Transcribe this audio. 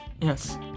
yes